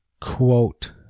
quote